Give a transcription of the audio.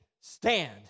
stand